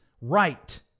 right